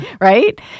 Right